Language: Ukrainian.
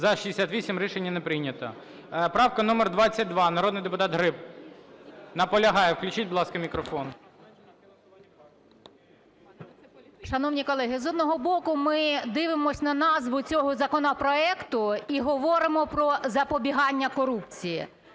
За-68 Рішення не прийнято. Правка номер 22. Народний депутат Гриб. Наполягає. Включіть, будь ласка, мікрофон. 13:06:45 ГРИБ В.О. Шановні колеги, з одного боку, ми дивимося на назву цього законопроекту і говоримо про запобігання корупції.